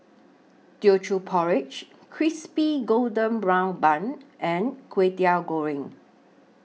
Teochew Porridge Crispy Golden Brown Bun and Kway Teow Goreng